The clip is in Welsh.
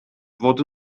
fod